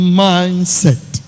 mindset